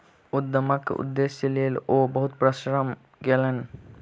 उद्यमक उदेश्यक लेल ओ बहुत परिश्रम कयलैन